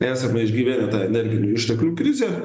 esame išgyvene tą energinių išteklių krizę